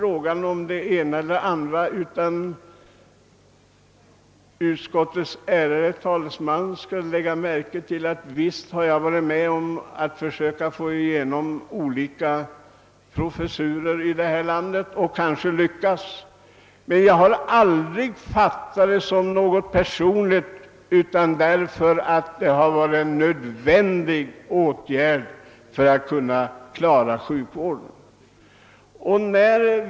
Jag vill svara utskottets ärade talesman, att visst har jag varit med om att föreslå olika professurer och kanske ibland lyckats, men jag har aldrig betraktat detta som några personliga frågor utan har ingripit därför att det varit nödvändigt att klara sjukvården.